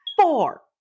four